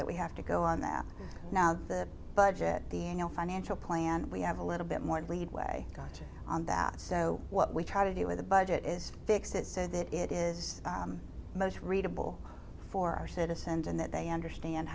that we have to go on that now the budget being a financial plan we have a little bit more lead way gotcha on that so what we try to do with the budget is fix it so that it is most readable for our citizens and that they understand